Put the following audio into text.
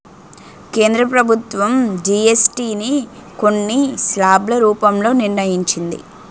కేంద్ర ప్రభుత్వం జీఎస్టీ ని కొన్ని స్లాబ్ల రూపంలో నిర్ణయించింది